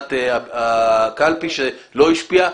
וועדת הקלפי שלא השפיע.